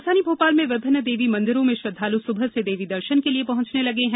राजधानी भोपाल में विभिन्न देवी मंदिरों में श्रद्धालु सुबह से देवी दर्शन के लिये पहुंचने लगते हैं